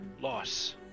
loss